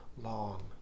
long